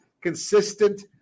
consistent